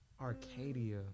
Arcadia